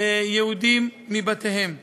יהודים מבתיהם.